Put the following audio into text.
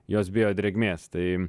jos bijo drėgmės tai